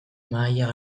mahaia